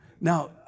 Now